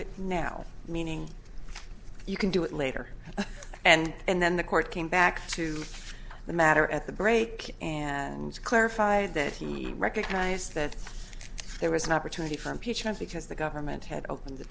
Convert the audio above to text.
it now meaning you can do it later and then the court came back to the matter at the break and clarified that he recognized that there was an opportunity for impeachment because the government had opened the